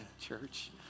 church